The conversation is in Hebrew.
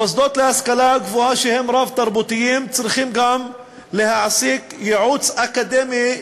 מוסדות להשכלה גבוהה שהם רב-תרבותיים צריכים גם להעסיק ייעוץ אקדמי,